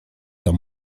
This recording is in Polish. tam